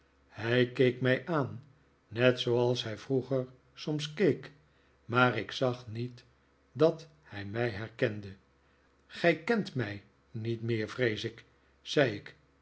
hij keek mij aan net zooals hij vroeger soms keek maar ik zag niet dat hij mij herkende g ij kent mij niet meer vrees ik zei ik